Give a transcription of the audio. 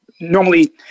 normally